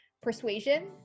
persuasion